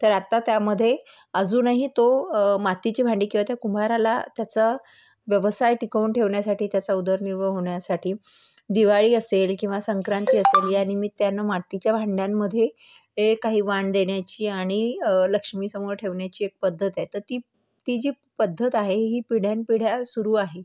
तर आता त्यामध्ये अजूनही तो मातीची भांडी किंवा त्या कुंभाराला त्याचा व्यवसाय टिकवून ठेवण्यासाठी त्याचा उदरनिर्वाह होण्यासाठी दिवाळी असेल किंवा संक्रांती असेल या निमित्तानं मातीच्या भांड्यांमध्ये ये काही वाण देण्याची आणि लक्ष्मीसमोर ठेवण्याची एक पद्धत आहे तर ती ती जी पद्धत आहे ही पिढ्यानपिढ्या सुरू आहे